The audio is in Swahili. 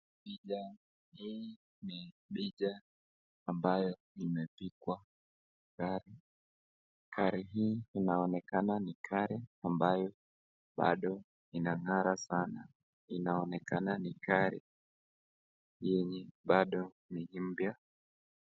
Picha hii ni picha ambayo imepigwa gari hii inaonekana ni gari ambayo bado inangara sana inaonekana ni gari yenye ni bado ni mpya.